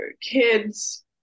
kids